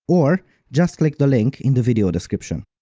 or just click the link in the video description.